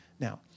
Now